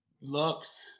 Lux